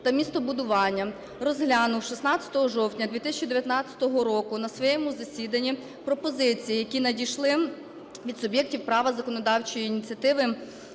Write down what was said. та містобудування розглянув 16 жовтня 2019 року на своєму засіданні пропозиції, які надійшли від суб'єктів права законодавчої ініціативи